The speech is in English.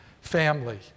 family